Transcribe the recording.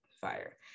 fire